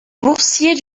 boursier